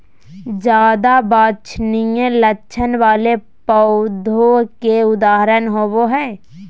ज्यादा वांछनीय लक्षण वाले पौधों के उदाहरण होबो हइ